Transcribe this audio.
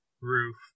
roof